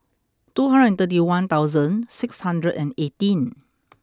two hundred and thirty one thousand six hundred and eighteen